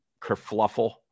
kerfluffle